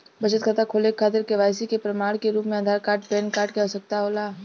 बचत खाता खोले के खातिर केवाइसी के प्रमाण के रूप में आधार आउर पैन कार्ड के आवश्यकता होला